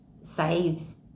saves